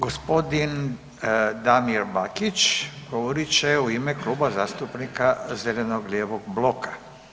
Gospodin Damir Bakić, govorit će u ime Kluba zastupnika zeleno-lijevog bloka.